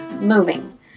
moving